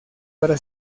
para